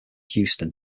houston